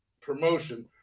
promotion